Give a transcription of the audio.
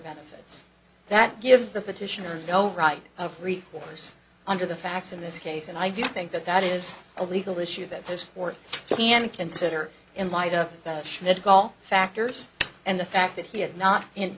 benefits that gives the petitioner no right of recourse under the facts in this case and i do think that that is a legal issue that there's more you can consider in light of schmidt all factors and the fact that he had not in